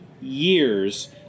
years